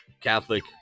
Catholic